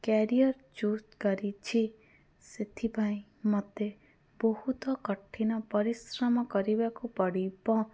career choose କରିଛି ସେଥିପାଇଁ ମୋତେ ବହୁତ କଠିନ ପରିଶ୍ରମ କରିବାକୁ ପଡ଼ିବ